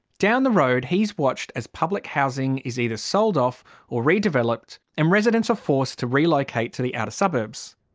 down the road he's watched as public housing is either sold off or redeveloped and residents are forced to relocate to the outer suburbs.